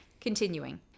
continuing